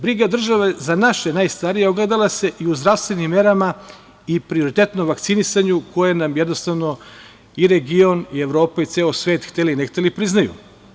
Briga države za naše najstarije ogledala se i u zdravstvenim merama i prioritetnom vakcinisanju za koje nam jednostavno i region i Evropa i ceo svet hteli, ne hteli priznaju.